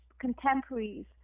contemporaries